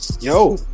yo